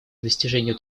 достижению